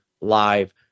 live